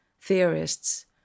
theorists